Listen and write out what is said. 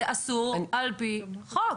זה אסור על פי חוק.